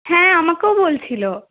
হ্যাঁ আমাকেও বলছিল